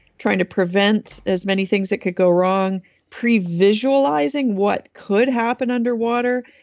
trying to prevent as many things that could go wrong, pre-visualizing what could happen underwater,